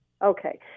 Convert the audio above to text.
Okay